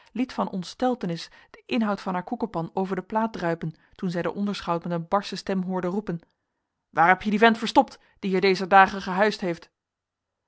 liet van ontsteltenis den inhoud van haar koekenpan over de plaat druipen toen zij den onderschout met een barsche stem hoorde roepen waar heb je dien vent verstopt die hier dezer dagen gehuisd heeft